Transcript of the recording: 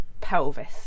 pelvis